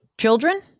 children